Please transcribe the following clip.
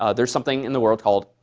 ah there's something in the world called